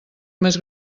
més